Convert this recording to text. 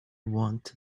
want